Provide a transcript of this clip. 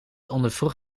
ondervroeg